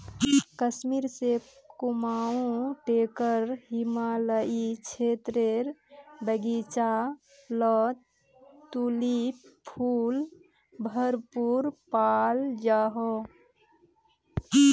कश्मीर से कुमाऊं टेकर हिमालयी क्षेत्रेर बघिचा लात तुलिप फुल भरपूर पाल जाहा